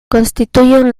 constituyen